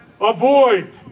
Avoid